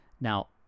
Now